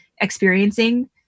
experiencing